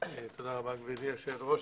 תודה רבה, גברתי היושבת-ראש.